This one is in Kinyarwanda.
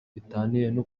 bitaniye